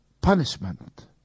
punishment